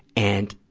and,